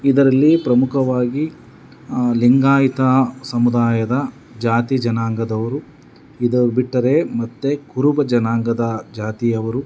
ಇದರಲ್ಲಿ ಪ್ರಮುಖವಾಗಿ ಲಿಂಗಾಯತ ಸಮುದಾಯದ ಜಾತಿ ಜನಾಂಗದವರು ಇದು ಬಿಟ್ಟರೆ ಮತ್ತು ಕುರುಬ ಜನಾಂಗದ ಜಾತಿಯವರು